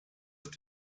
ist